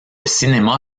cinéma